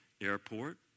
Airport